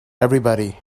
everybody